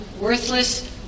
worthless